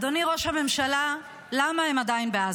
אדוני ראש הממשלה, למה הם עדיין בעזה?